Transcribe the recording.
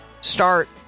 start